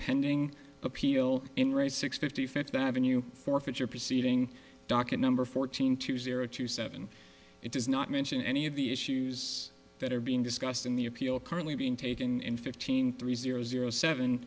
pending appeal in re six fifty fifth avenue forfeiture proceeding docket number fourteen two zero two seven it does not mention any of the issues that are being discussed in the appeal currently being taken in fifteen three zero